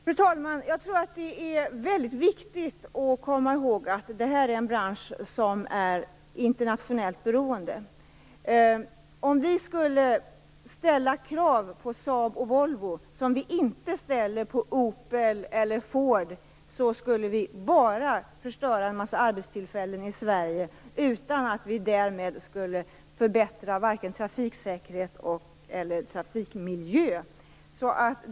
Fru talman! Jag tror att det är väldigt viktigt att komma ihåg att denna bransch är internationellt beroende. Om vi ställde krav på Saab och Volvo som vi inte ställer på Opel eller Ford, skulle vi bara förstöra en mängd arbetstillfällen i Sverige - utan att därmed förbättra vare sig trafiksäkeheten eller trafikmiljön.